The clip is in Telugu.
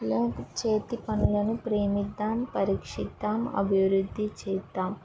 లే చేతి పనులను ప్రేమిద్దాము పరీక్షిద్దాము అభివృద్ధి చేద్దాము